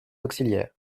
auxiliaires